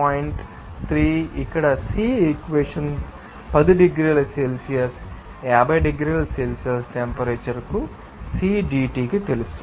3 ఇక్కడ Cpbenzene equation 10 డిగ్రీల Celsius 50 డిగ్రీల సెల్సియస్ టెంపరేచర్ వరకు Cpmix dT కి తెలుసు